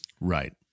Right